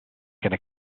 going